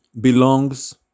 belongs